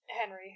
Henry